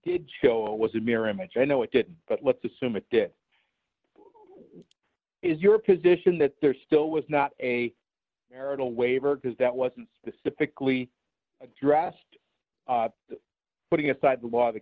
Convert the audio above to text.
did show was a mirror image i know it didn't but let's assume it is your position that there still was not a marital waiver because that wasn't specifically addressed putting aside the law the